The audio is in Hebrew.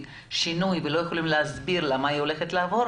אחרת שינוי ולא יכולים להסביר לה מה היא עומדת לעבור